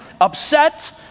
upset